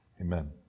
Amen